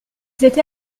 étaient